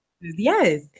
yes